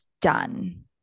done